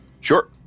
Sure